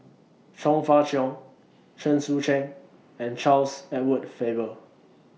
Chong Fah Cheong Chen Sucheng and Charles Edward Faber